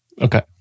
Okay